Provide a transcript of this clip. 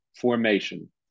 formation